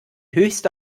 höchste